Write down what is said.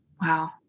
Wow